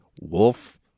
Wolf